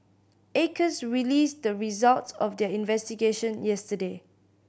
acres released the results of their investigation yesterday